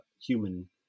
human